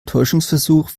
täuschungsversuch